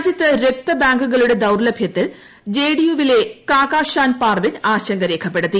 രാജ്യത്ത് രക്തബാങ്കുകളുടെ ദൌർലഭ്യത്തിൽ ജെഡിയുവിലെ കാകാഷാൻ പാർവിൻ ആശങ്ക രേഖപ്പെടുത്തി